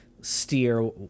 steer